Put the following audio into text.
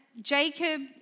Jacob